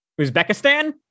Uzbekistan